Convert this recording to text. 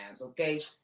okay